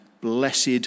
blessed